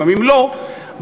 לפעמים לא,